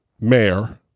mayor